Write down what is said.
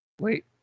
Wait